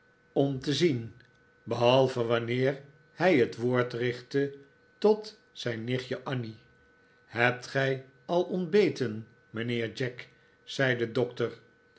den doctor zien behalve wanneer hij het woord richtte tot zijn nichtje annie hebt gij al ontbeten mijnheer jack zei de doctor